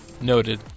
Noted